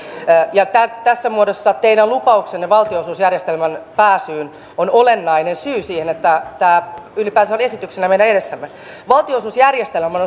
tässä muodossa teidän lupauksenne valtionosuusjärjestelmään pääsystä on olennainen syy siihen että tämä ylipäänsä on esityksenä meidän edessämme valtionosuusjärjestelmä